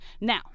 Now